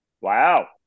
Wow